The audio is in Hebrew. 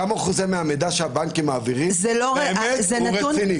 כמה אחוזים מהמידע שהבנקים מעבירים הם באמת רציניים?